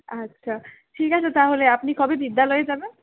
আচ্ছা ঠিক আছে তাহলে আপনি কবে বিদ্যালয়ে যাবেন